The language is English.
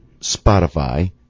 Spotify